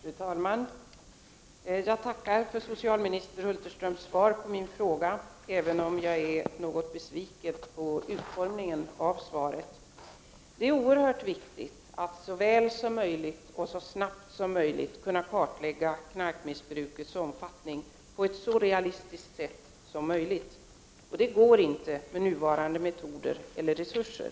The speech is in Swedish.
Fru talman! Jag tackar socialminister Hulterström för svaret på min fråga, trots att jag är något besviken på svarets omfattning. Det är oerhört viktigt att snabbt och väl kunna kartlägga narkotikamissbrukets omfattning på ett så realistiskt sätt som möjligt. Det går inte med nuvarande metoder och resurser.